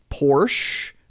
Porsche